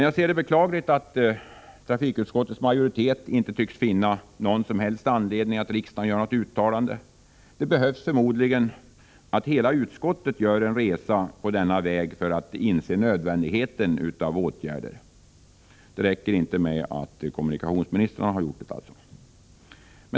Jag anser det beklagligt att trafikutskottets majoritet inte tycks finna någon som helst anledning att riksdagen gör något uttalande. Det behövs förmodligen att hela utskottet gör en resa på denna väg för att man skall inse nödvändigheten av åtgärder; det räcker inte med att kommunikationsministrar har gjort det.